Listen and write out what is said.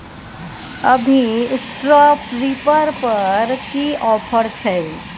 अभी straw reaper पर की ऑफर छै?